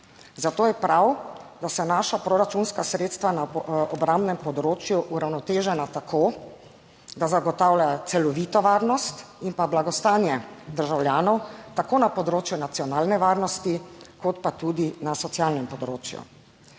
zato je prav, da se naša proračunska sredstva na obrambnem področju uravnotežena tako, da zagotavlja celovito varnost in pa blagostanje državljanov tako na področju nacionalne varnosti kot pa tudi na socialnem področju.